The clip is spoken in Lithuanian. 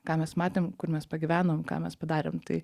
ką mes matėm kur mes pagyvenom ką mes padarėm tai